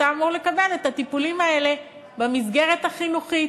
אתה אמור לקבל את הטיפולים האלה במסגרת החינוכית.